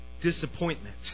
disappointment